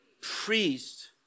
priest